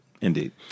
indeed